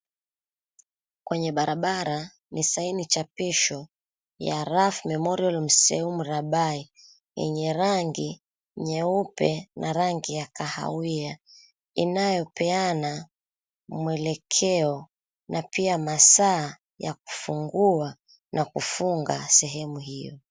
Kwenye barabara ni saini chapisho ya, Rough Memorial Museum Rabai yenye rangi nyeupe na rangi ya kahawia inayopeana mwelekeo na pia masaa ya kufungua na kufunga sehemu hio.